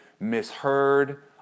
misheard